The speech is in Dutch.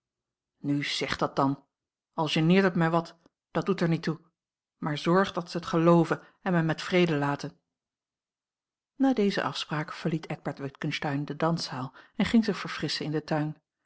nu zeg dat dan al geneert het mij wat dat doet er niet toe maar zorg dat ze het gelooven en mij met vrede laten na deze afspraak verliet eckbert witgensteyn de danszaal en ging zich verfrisschen in den tuin